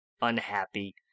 unhappy